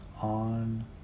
on